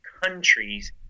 countries